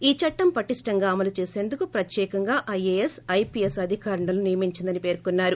ఈ చట్టం పటిష్ణంగా అమలు చేసేందుకు ప్రత్యేకంగా ఐఏఎస్ ఐపీఎస్ అద్దీకారిణిలను ్ నియమించీందని పర్కొన్నారు